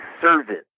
servant